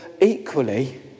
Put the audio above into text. equally